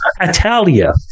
Italia